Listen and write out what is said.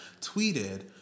tweeted